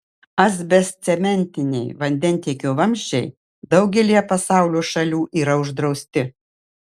asbestcementiniai vandentiekio vamzdžiai daugelyje pasaulio šalių yra uždrausti